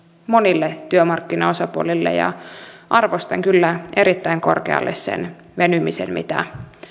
monille työmarkkinaosapuolille ja arvostan kyllä erittäin korkealle sen venymisen mitä